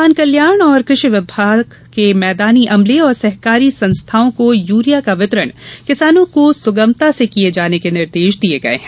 किसान कल्याण एवं कृषि विकास विभाग के मैदानी अमले और सहकारी संस्थाओं को यूरिया का वितरण किसानों को सुगमता से किये जाने के निर्देश दिये गये हैं